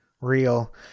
real